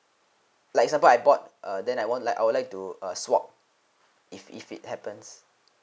like example I bought uh then I want like I would like to uh swap if if it happens